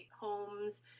homes